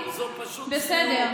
בסדר.